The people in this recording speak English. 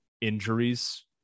injuries